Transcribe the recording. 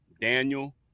Daniel